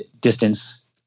distance